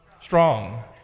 Strong